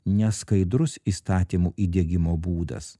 neskaidrus įstatymų įdiegimo būdas